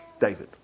David